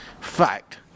Fact